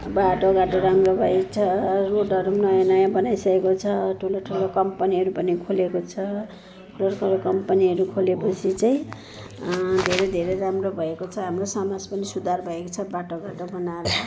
बाटोघाटो राम्रो भएकोछ रोडहरू पनि नयाँ नयाँ बनाइसकेको छ ठुलो ठुलो कम्पनीहरू पनि खोलेको छ ठुल्ठुलो कम्पनीहरू खोलेपछि चाहिँ धेरै धेरै राम्रो भएको छ हाम्रो समाज पनि सुधार भएको छ बाटोघाटो बनार